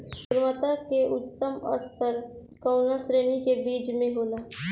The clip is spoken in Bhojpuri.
गुणवत्ता क उच्चतम स्तर कउना श्रेणी क बीज मे होला?